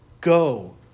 Go